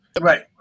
Right